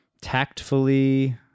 tactfully